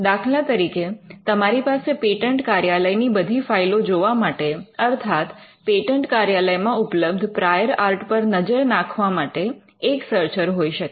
દાખલા તરીકે તમારી પાસે પેટન્ટ કાર્યાલયની બધી ફાઈલો જોવા માટે અર્થાત પેટન્ટ કાર્યાલયમાં ઉપલબ્ધ પ્રાયોર આર્ટ પર નજર નાખવા માટે એક સર્ચર હોઈ શકે